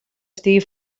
estigui